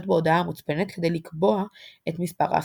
בהודעה המוצפנת כדי לקבוע את מספר ההסטות.